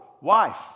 wife